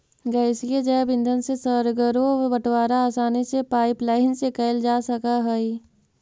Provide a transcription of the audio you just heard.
गैसीय जैव ईंधन से सर्गरो बटवारा आसानी से पाइपलाईन से कैल जा सकऽ हई